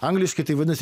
angliškai tai vadinasi